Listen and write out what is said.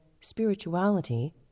spirituality